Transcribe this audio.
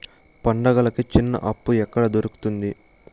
పండుగలకి చిన్న అప్పు ఎక్కడ దొరుకుతుంది